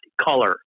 color